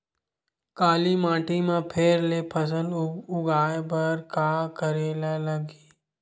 काली माटी म फेर ले फसल उगाए बर का करेला लगही?